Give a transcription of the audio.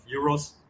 euros